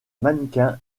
mannequin